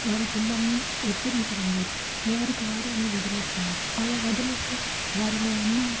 వారి పిల్లల్ని హెచ్చరించడం లేదు ఎవరికి వారు అని వదిలేస్తున్నారు అలా వదిలేస్తే వారిలో ఉన్న